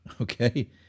okay